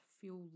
feel